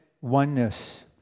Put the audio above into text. oneness